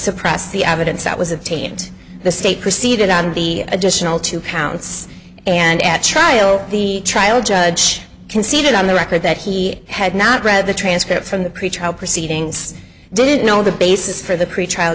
suppressed the evidence that was obtained the state proceeded on the additional two counts and at trial the trial judge conceded on the record that he had not read the transcript from the pretrial proceedings didn't know the basis for the pretrial